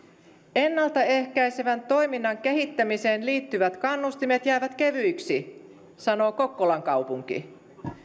ennaltaehkäisevän toiminnan kehittämiseen liittyvät kannustimet jäävät kevyiksi sanoo kokkolan kaupunki